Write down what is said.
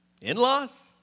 in-laws